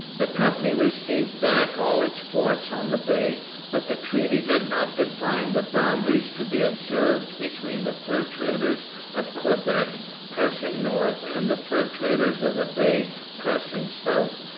the company received back all its forts on the bay but the treaty did not define the boundaries to be observed between the fur traders of quebec pressing north and the fur traders of the bay pressing south,